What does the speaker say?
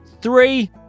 three